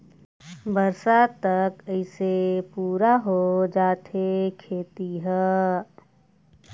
बरसात तक अइसे पुरा हो जाथे खेती ह